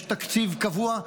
יש תקציב קבוע,